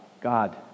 God